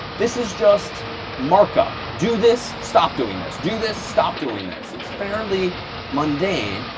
this is just markup. do this, stop doing this. do this, stop doing this. it's fairly mundane.